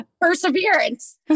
Perseverance